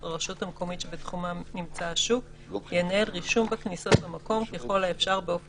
היה רצוי שכל הדברים הללו ייכנסו כדי לחדד לא להישאר ברמה